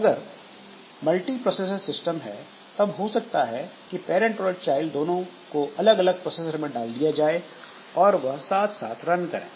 अगर multiprocessor system है तब हो सकता है की पैरेंट और चाइल्ड दोनों को अलग अलग प्रोसेसर में डाल दिया जाए और वह साथ साथ रन करें